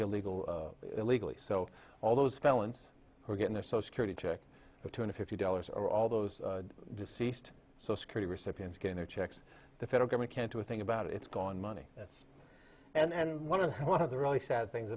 illegal illegally so all those felons were getting there so security check for two hundred fifty dollars or all those deceased so security recipients getting their checks the federal government can't do a thing about it it's gone money that's and one of the one of the really sad things